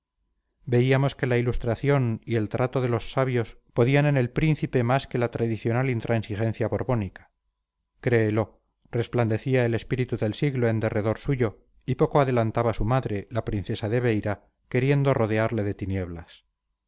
tordera veíamos que la ilustración y el trato de los sabios podían en el príncipe más que la tradicional intransigencia borbónica créelo resplandecía el espíritu del siglo en derredor suyo y poco adelantaba su madre la princesa de beira queriendo rodearle de tinieblas